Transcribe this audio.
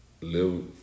Live